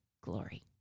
glory